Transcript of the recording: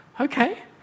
okay